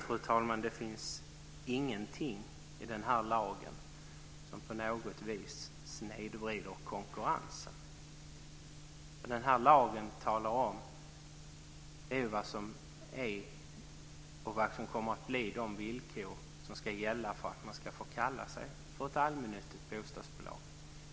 Fru talman! Det finns ingenting i den här lagen som på något vis snedvrider konkurrensen. Den här lagen talar om vad som är och vad som kommer att bli villkoren för att man ska kalla sig för ett allmännyttigt bostadsbolag.